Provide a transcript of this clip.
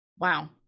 wow